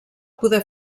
poder